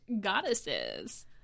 goddesses